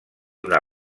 una